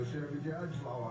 התלות עדיין שם,